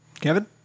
Kevin